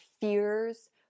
fears